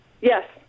Yes